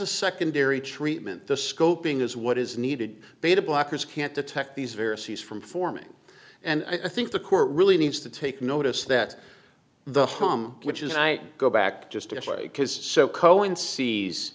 a secondary treatment the scoping is what is needed beta blockers can't detect these viruses from forming and i think the court really needs to take notice that the hum which is i go back just to play because so cohen sees